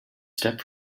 step